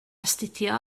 astudio